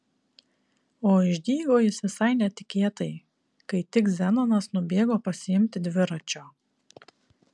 o išdygo jis visai netikėtai kai tik zenonas nubėgo pasiimti dviračio